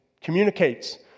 communicates